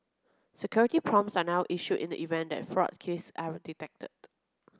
security prompts are now issued in the event that fraud risks are detected